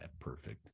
Perfect